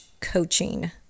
coaching